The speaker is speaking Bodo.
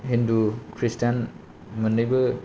हिन्दु ख्रिस्थान मोननैबो